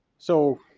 so